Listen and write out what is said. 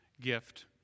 gift